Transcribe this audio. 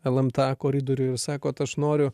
lmta koridoriuj ir sakot aš noriu